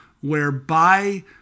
whereby